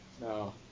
No